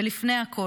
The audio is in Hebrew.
ולפני הכול,